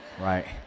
Right